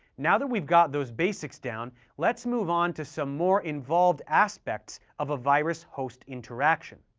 now that we've got those basics down, let's move on to some more involved aspects of a virus-host interaction.